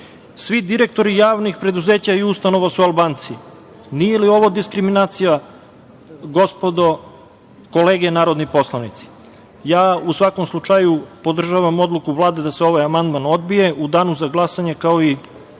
Svi direktori javnih preduzeća i ustanova su Albanci. Nije li ovo diskriminacija, gospodo kolege narodni poslanici?U svakom slučaju, podržavam odluku Vlade da se ovaj amandman odbije.U Danu za glasanje, kao i